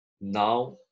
now